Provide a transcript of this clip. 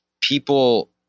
people